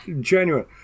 genuine